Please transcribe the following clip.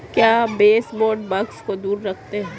क्या baseboard bugs को दूर रखते हैं?